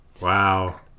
Wow